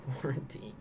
quarantine